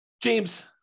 James